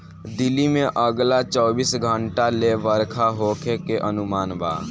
दिल्ली में अगला चौबीस घंटा ले बरखा होखे के अनुमान बा